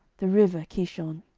the river kishon.